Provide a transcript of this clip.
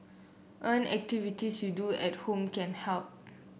activities you do at home can help